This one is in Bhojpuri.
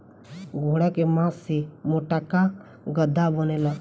घोड़ा के मास से मोटका गद्दा बनेला